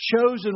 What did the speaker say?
chosen